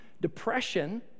depression